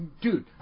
Dude